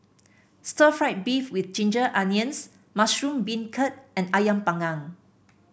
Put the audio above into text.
Stir Fried Beef with Ginger Onions Mushroom Beancurd and ayam panggang